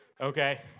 Okay